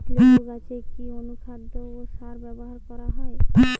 লেবু গাছে কি অনুখাদ্য ও সার ব্যবহার করা হয়?